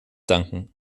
danken